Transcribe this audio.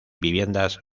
viviendas